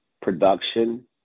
production